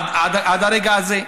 עד הרגע הזה.